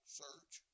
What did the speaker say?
search